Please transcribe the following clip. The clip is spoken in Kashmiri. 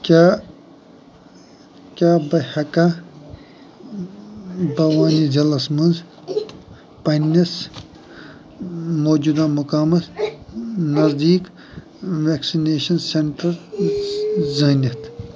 کیٛاہ کیٛاہ بہٕ ہٮ۪کاہ بھَوانی ضِلعس منٛز پنٛنِس موجوٗدہ مقامَس نزدیٖک وٮ۪کسِنیشَن سٮ۪نٹَر زٲنِتھ